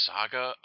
Saga